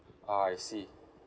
ah I see